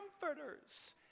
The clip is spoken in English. comforters